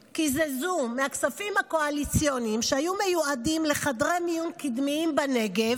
הכסף, היישובים, המועצות, המענקים,